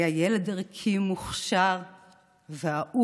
היה ילד ערכי ומוכשר ואהוב